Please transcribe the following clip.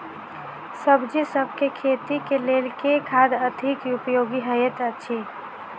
सब्जीसभ केँ खेती केँ लेल केँ खाद अधिक उपयोगी हएत अछि?